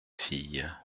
fille